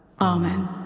Amen